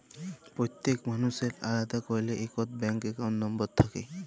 প্যত্তেক মালুসের আলেদা ক্যইরে ইকট ব্যাংক একাউল্ট লম্বর থ্যাকে